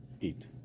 eat